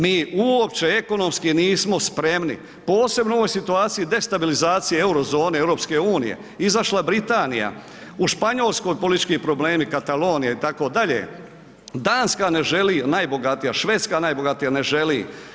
Mi uopće ekonomski nismo spremni, posebno u ovoj situaciji destabilizacije euro zone EU, izašla Britanija, u Španjolskoj politički problemi Katalonija itd., Danska ne želi, a najbogatija, Švedska najbogatija ne želi.